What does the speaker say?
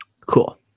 Cool